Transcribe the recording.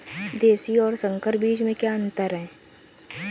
देशी और संकर बीज में क्या अंतर है?